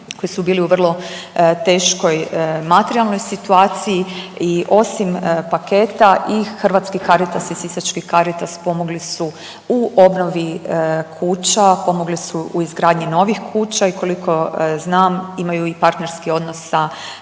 koji su bili u vrlo teškoj materijalnoj situaciji. I osim paketa i Hrvatski caritas i sisački Caritas pomogli su u obnovi kuća, pomogli su u izgradnji novih kuća i koliko znam imaju i partnerski odnos sa